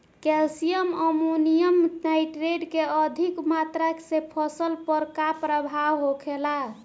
Calcium ammonium nitrate के अधिक मात्रा से फसल पर का प्रभाव होखेला?